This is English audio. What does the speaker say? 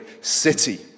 city